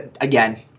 Again